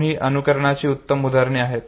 म्हणून ही अनुकरणाची उत्तम उदाहरणे आहेत